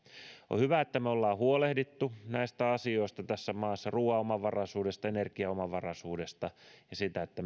on hyvä että me olemme huolehtineet näistä asioista tässä maassa ruuan omavaraisuudesta energiaomavaraisuudesta ja siitä että meillä